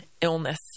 illness